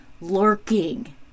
lurking